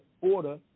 order